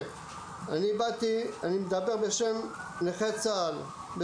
אני מדבר בשם נכי צה"ל,